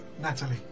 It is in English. Natalie